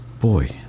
boy